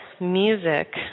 music